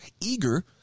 eager